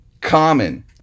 Common